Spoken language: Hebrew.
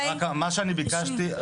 רק מה שאני ביקשתי,